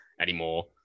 anymore